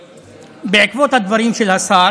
בעקבות הדברים של השר,